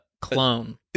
clone